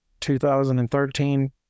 2013